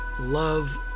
love